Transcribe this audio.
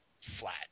flat